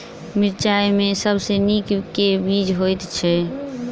मिर्चा मे सबसँ नीक केँ बीज होइत छै?